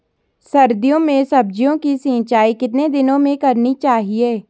सर्दियों में सब्जियों की सिंचाई कितने दिनों में करनी चाहिए?